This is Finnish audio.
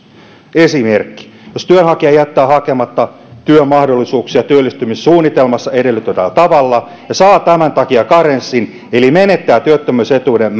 esimerkki jos työnhakija jättää hakematta työmahdollisuuksia työllistymissuunnitelmassa edellytetyllä tavalla ja saa tämän takia karenssin eli menettää työttömyysetuuden